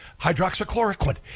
hydroxychloroquine